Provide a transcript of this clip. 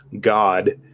god